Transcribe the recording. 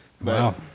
Wow